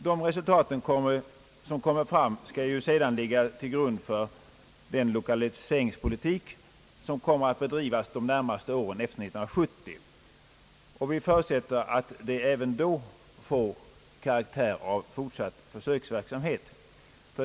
De resultat som kommer fram skall se dan ligga till grund för den lokaliseringspolitik som kommer att bedrivas de närmaste åren efter 1970, och vi förutsätter att den även då får karaktär av fortsatt försöksverksamhet.